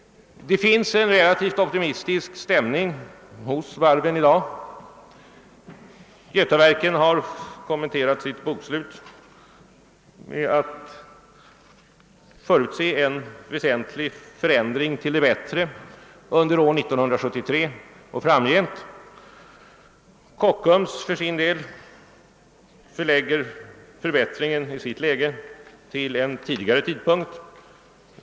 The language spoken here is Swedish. Det råder en relativt optimistisk stämning hos varven i dag. Götaverken har kommenterat sitt bokslut med att förutse en väsentlig förändring till det bättre under år 1973 och framgent. Kockums för sin del förlägger förbättringen i sitt läge till en tidigare tidpunkt.